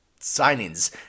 signings